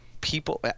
people